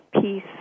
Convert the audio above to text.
peace